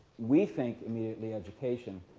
we think immediately education.